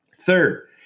Third